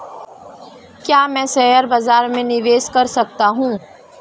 क्या मैं शेयर बाज़ार में निवेश कर सकता हूँ?